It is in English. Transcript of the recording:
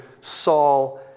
Saul